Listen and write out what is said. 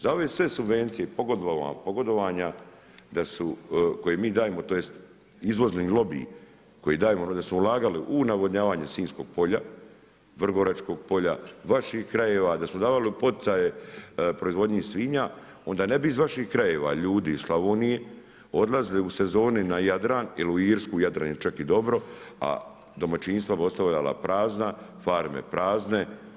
Za ove sve subvencije pogodovanja koje mi dajemo tj. izvozni lobij koji dajemo da smo ulagali u navodnjavanje sinjskog polja, vrgoračkog polja, vaših krajeva da smo davali u poticaje i proizvodnju svinja onda ne bi iz vaših krajeva, ljudi iz Slavonije odlazili u sezoni na Jadran ili u Irsku, Jadran je čak i dobro, a domaćinstva bi ostajala prazna, farme prazne.